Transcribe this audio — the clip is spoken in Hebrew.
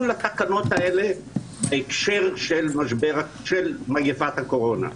לתקנות האלה בהקשר של מגפת הקורונה.